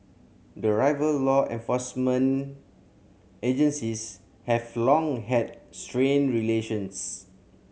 the rival law enforcement agencies have long had strained relations